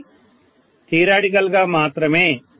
ఇది థియరాటికల్ గా మాత్రమే